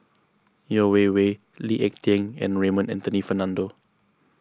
Yeo Wei Wei Lee Ek Tieng and Raymond Anthony Fernando